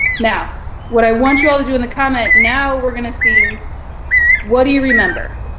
now what i want you all to do in the comment, now we're gonna see what do you remember?